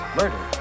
murder